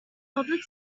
public